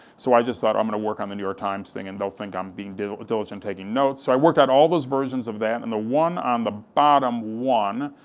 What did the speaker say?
so i just thought, i'm going to work on the new york times thing, and they'll think i'm being diligent, taking notes, so i worked out all those versions of that, and the one on the bottom one,